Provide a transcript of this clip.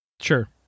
Sure